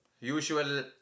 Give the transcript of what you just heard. usual